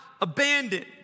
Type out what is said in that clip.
abandoned